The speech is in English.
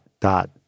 dot